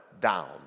down